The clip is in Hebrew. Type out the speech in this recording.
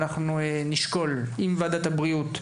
ואנחנו נשקול עם ועדת הבריאות,